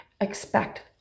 expect